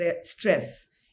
stress